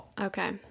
Okay